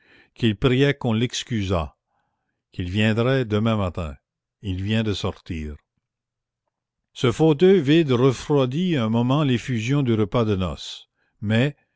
qu'il priait qu'on l'excusât qu'il viendrait demain matin il vient de sortir ce fauteuil vide refroidit un moment l'effusion du repas de noces mais